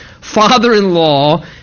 father-in-law